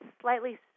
slightly